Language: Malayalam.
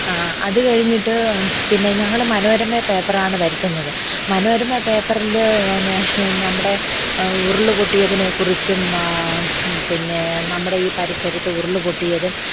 അത് കഴിഞ്ഞിട്ട് പിന്നെ ഞങ്ങൾ മനോരമ പേപ്പറാണ് വരുത്തുന്നത് മനോരമ പേപ്പറിൽ പിന്നെ നമ്മുടെ ഉരുൾ പൊട്ടിയതിനെക്കുറിച്ചും പിന്നെ നമ്മുടെ ഈ പരിസരത്ത് ഉരുൾ പൊട്ടിയതും